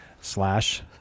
slash